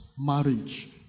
marriage